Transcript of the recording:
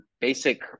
basic